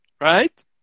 right